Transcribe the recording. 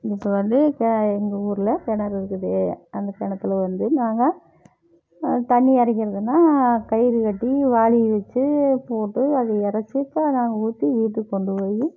இப்போ வந்து இப்போ எங்கள் ஊரில் கிணறு இருக்குது அந்த கிணத்துல வந்து நாங்கள் தண்ணி இறைக்கிறதுனா கயிறு கட்டி வாளி வச்சு போட்டு அதை இறச்சி தான் நாங்கள் ஊற்றி வீட்டுக்கு கொண்டு போய்